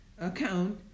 account